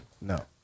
No